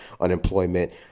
unemployment